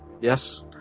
yes